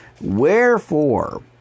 Wherefore